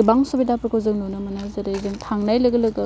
गोबां सुबिदाफोरखौ जों नुनो मोनो जेरै जों थांनाय लोगो लोगो